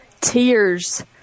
Tears